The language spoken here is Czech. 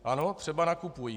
Ano, třeba nakupují.